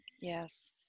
Yes